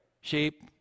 sheep